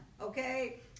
okay